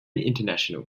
international